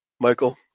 Michael